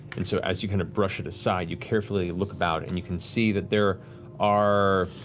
and so as you kind of brush it aside, you carefully look about, and you can see that there are